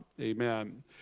Amen